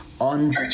on